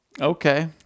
Okay